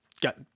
got